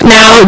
Now